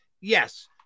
yes